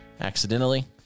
accidentally